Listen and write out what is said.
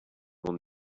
will